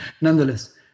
Nonetheless